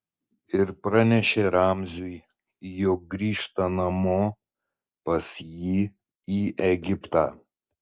ir pranešė ramziui jog grįžta namo pas jį į egiptą